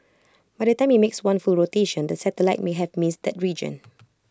by the time IT makes one full rotation the satellite may have missed region